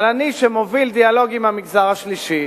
אבל אני שמוביל דיאלוג עם המגזר השלישי,